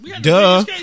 Duh